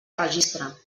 registre